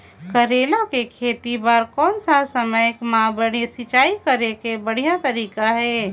करेला के खेती बार कोन सा समय मां सिंचाई करे के बढ़िया तारीक हे?